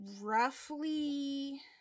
roughly